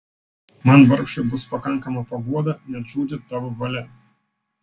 man vargšui bus pakankama paguoda net žūti tavo valia